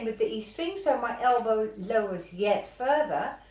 but the e string so my elbow lowers yet further,